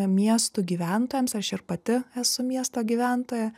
miestų gyventojams aš ir pati esu miesto gyventoja